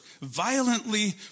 violently